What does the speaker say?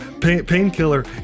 Painkiller